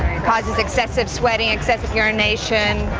causes excessive sweating. excessive urination.